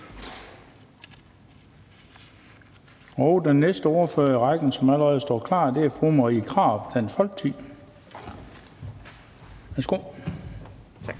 Den næste ordfører i rækken, som allerede står klar, er fru Marie Krarup, Dansk Folkeparti. Værsgo. Kl.